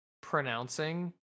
Pronouncing